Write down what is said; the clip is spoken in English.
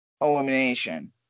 elimination